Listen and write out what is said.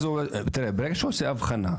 ברגע שהוא עושה אבחון,